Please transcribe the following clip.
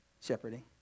shepherding